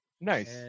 Nice